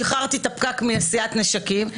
שחררתי את הפקק מנשיאת נשקים,